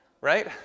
right